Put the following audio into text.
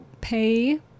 pay